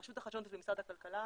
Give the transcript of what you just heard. רשות החדשנות ומשרד הכלכלה